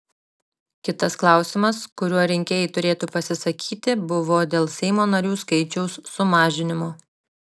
kitas klausimas kuriuo rinkėjai turėjo pasisakyti buvo dėl seimo narių skaičiaus sumažinimo